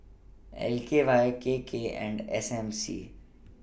L K Y K K and S M C